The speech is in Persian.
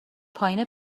پایین